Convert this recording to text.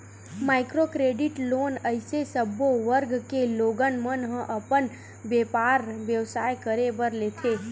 micro credit loan अइसे सब्बो वर्ग के लोगन मन ह अपन बेपार बेवसाय करे बर लेथे